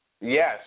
Yes